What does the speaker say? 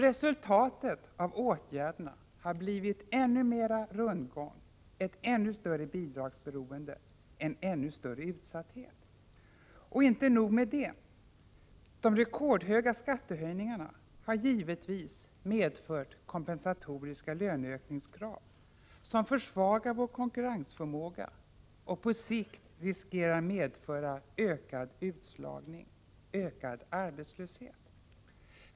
Resultatet av åtgärderna har blivit ett ännu större bidragsberoende, en ännu större utsatthet. Och inte nog med det. De rekordhöga skattehöjningarna har medfört kompensatoriska löneökningskrav, som försvagar vår konkurrensförmåga och på sikt riskerar medföra ökad utslagning och ökad arbetslöshet.